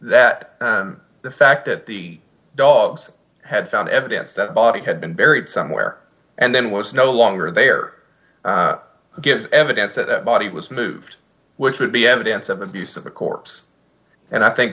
that the fact that the dogs had found evidence that body had been buried somewhere and then was no longer they are gives evidence that that body was moved which would be evidence of abuse of the corpse and i think